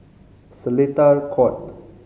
Seletar Court